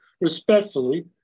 respectfully